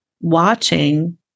Watching